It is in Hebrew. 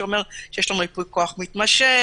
שאומר שיש לנו ייפוי כוח מתמשך.